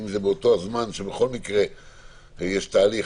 אם זה בכל מקרה באותה מסגרת זמן של התהליך